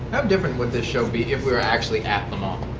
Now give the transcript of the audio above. um different would this show be if we were actually at le